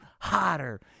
hotter